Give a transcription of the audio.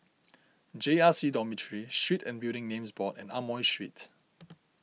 J R C Dormitory Street and Building Names Board and Amoy Street